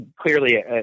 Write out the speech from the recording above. clearly